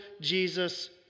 Jesus